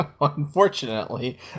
Unfortunately